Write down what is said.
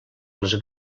les